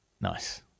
nice